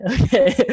Okay